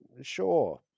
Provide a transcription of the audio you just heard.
sure